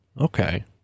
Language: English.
Okay